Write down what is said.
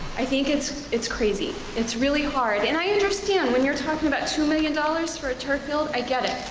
i think it's it's crazy, it's really hard. and i understand, when you're talking about two million dollars for a turf field, i get it,